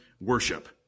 worship